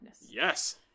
Yes